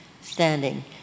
standing